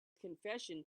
confession